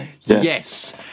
Yes